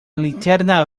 linterna